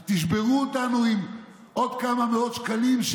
אז תשברו אותנו עם עוד כמה מאות שקלים,